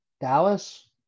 Dallas